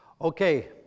Okay